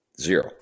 zero